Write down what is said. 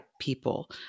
people